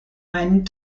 einen